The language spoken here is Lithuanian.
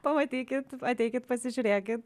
pamatykit ateikit pasižiūrėkit